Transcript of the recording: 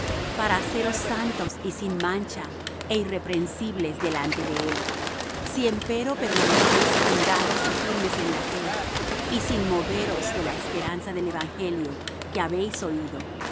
para haceros santos y sin mancha é irreprensibles delante de él si empero permanecéis fundados y firmes en la fe y sin moveros de la esperanza del evangelio que habéis oído